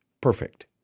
Perfect